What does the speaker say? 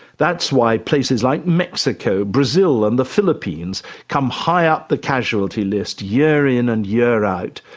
that's why places like mexico, brazil and the philippines come high up the casualty list year in and year out.